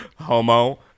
Homo